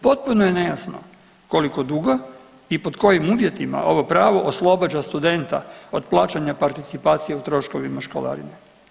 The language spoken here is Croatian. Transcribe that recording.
Potpuno je nejasno koliko dugo i pod kojim uvjetima ovo pravo oslobađa studenta od plaćanja participacije u troškovima školarine.